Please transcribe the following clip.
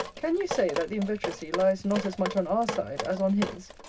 can you say, that the inveteracy lies not as much on our side, as on his?